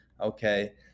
okay